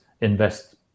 invest